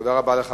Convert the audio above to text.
תודה רבה לך,